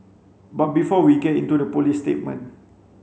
but before we get into the police statement